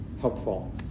helpful